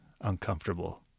uncomfortable